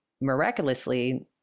miraculously